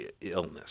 illness